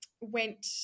went